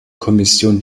kommission